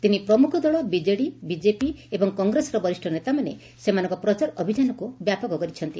ତିନି ପ୍ରମୁଖ ଦଳ ବିଜେଡ଼ି ବିଜେପି ଏବଂ କଂଗ୍ରେସର ବରିଷ ନେତାମାନେ ସେମାନଙ୍କ ପ୍ରଚାର ଅଭିଯାନକୁ ବ୍ୟାପକ କରିଛନ୍ତି